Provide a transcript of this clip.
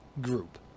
group